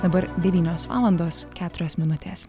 dabar devynios valandos keturios minutės